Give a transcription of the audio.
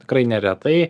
tikrai neretai